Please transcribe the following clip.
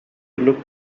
look